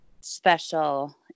special